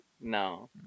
No